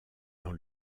dans